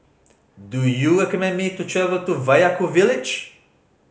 do you recommend me to travel to Vaiaku village